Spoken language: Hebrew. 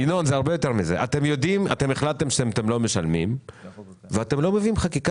אתם החלטתם שאתם לא משלמים ואתם לא מביאים חקיקה